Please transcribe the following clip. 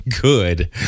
Good